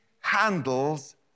handles